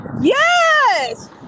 Yes